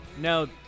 No